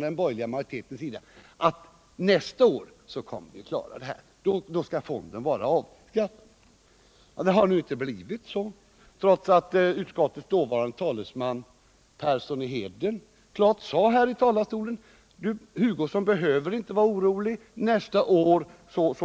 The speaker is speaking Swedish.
Den borgerliga majoriteten förutsatte då att man skulle klara det till nästa år — då skulle fonden vara avskaffad. Men det har ju inte blivit så, trots att utskottets dåvarande talesman, herr Persson i Heden, här i talarstolen klart sade: Herr Hugosson behöver inte vara orolig. Nästa år